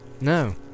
No